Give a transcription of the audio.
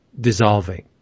dissolving